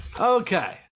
Okay